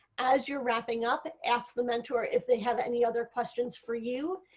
as you are wrapping up astley mentor if they have any other questions for you.